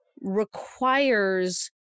requires